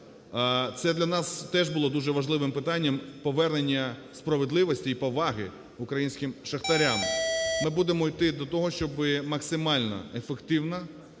Це для нас теж було дуже важливим питанням – повернення справедливості і поваги українським шахтарям. Ми будемо йти до того, щоби максимально ефективно